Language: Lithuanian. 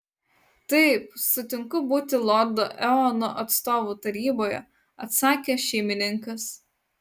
taip sutinku būti lordo eono atstovu taryboje atsakė šeimininkas